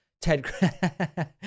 Ted